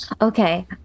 Okay